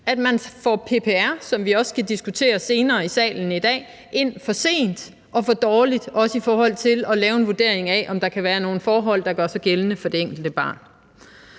at man får PPR, som vi også skal diskutere senere i salen i dag, ind for sent og for dårligt, også i forhold til at lave en vurdering af, om der kan være nogle forhold, der gør sig gældende for det enkelte barn.